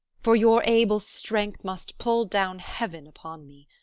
for your able strength must pull down heaven upon me